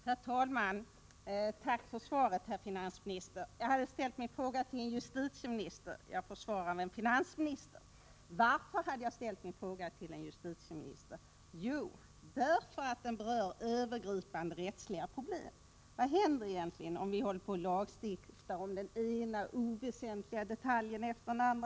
Herr talman! Jag tackar finansministern för svaret. Jag hade ställt min fråga till justitieministern, men jag får svar av finansministern. Varför hade jag ställt min fråga till justitieministern? Jo, därför att frågan berör övergripande rättsliga problem. Vad händer egentligen om vi håller på och lagstiftar om den ena oväsentliga detaljen efter den andra?